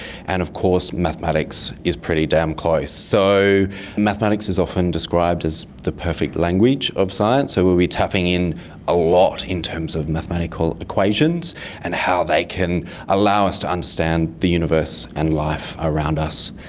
and of course mathematics is pretty damn close. so mathematics is often described as the perfect language of science, so we'll be tapping in a lot in terms of mathematical equations and how they can allow us to understand the universe and life around us.